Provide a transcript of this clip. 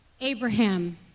Abraham